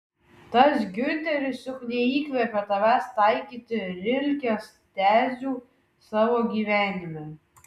tas giunteris juk neįkvėpė tavęs taikyti rilkės tezių savo gyvenime